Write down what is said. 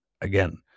again